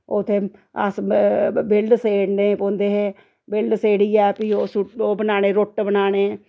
ओह् ते अस बिल्ड सेड़ने पौंदे हे बिल्ड सेड़ियै फ्ही ओह् बनाने रुट्ट बनाने